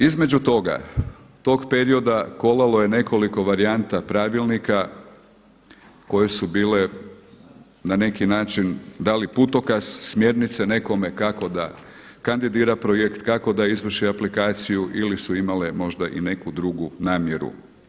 Između toga, tog perioda kolalo je nekoliko varijanta pravilnika koje su bile na neki način da li putokaz, smjernice nekome kako da kandidira projekt, kako da izvrši aplikaciju ili su imale možda i neku drugu namjeru.